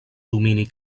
domini